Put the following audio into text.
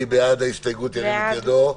מי בעד ההסתייגות, ירים את ידו.